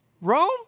Rome